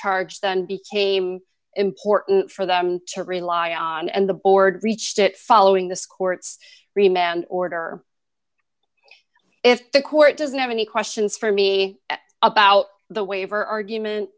charge then became important for them to rely on and the board reached it following this court's free man order if the court doesn't have any questions for me about the waiver argument